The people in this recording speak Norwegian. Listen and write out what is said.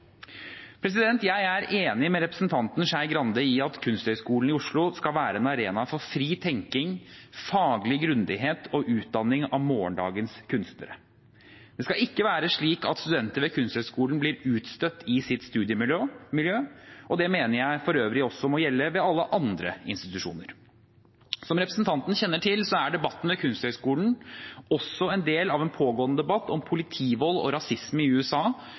Jeg er enig med representanten Skei Grande i at Kunsthøgskolen i Oslo skal være en arena for fri tenkning, faglig grundighet og utdanning av morgendagens kunstnere. Det skal ikke være slik at studenter ved Kunsthøgskolen blir utstøtt i sitt studiemiljø. Det mener jeg for øvrig må gjelde ved alle andre institusjoner også. Som representanten kjenner til, er debatten ved Kunsthøgskolen også en del av en pågående debatt om politivold og rasisme i USA,